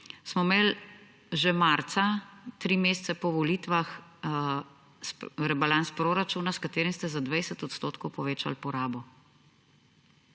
leta 2009, že marca, tri mesece po volitvah, rebalans proračuna, s katerim ste za 20 % povečali porabo.